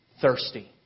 thirsty